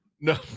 No